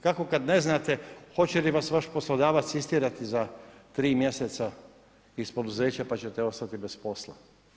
Kako kada ne znate hoće li vas vaš poslodavac istjerati za 3 mjeseca iz poduzeća pa ćete ostati bez posla?